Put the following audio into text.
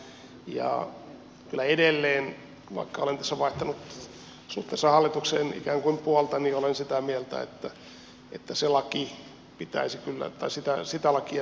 ja kyllä edelleen vaikka olen tässä vaihtanut suhteessa hallitukseen ikään kuin puolta olen sitä mieltä että sitä lakia pitää kyllä remontoida